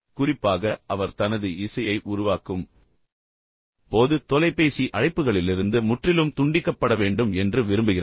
குறிப்பாக அவர் தனது இசையை உருவாக்கும் போது தொலைபேசி அழைப்புகளிலிருந்து முற்றிலும் துண்டிக்கப்பட வேண்டும் என்று விரும்புகிறார்